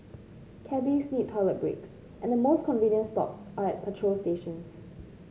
cabbies need toilet breaks and the most convenient stops are at petrol stations